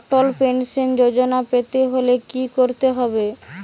অটল pension Yojana পেতে হলে কি করতে হবে?